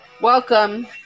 Welcome